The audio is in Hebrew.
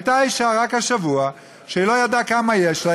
הייתה אישה רק השבוע שלא ידעה כמה יש לה,